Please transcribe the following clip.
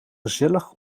gezellig